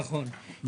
נכון.